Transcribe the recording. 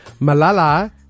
Malala